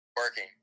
working